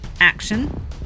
Action